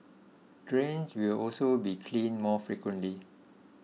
drains will also be cleaned more frequently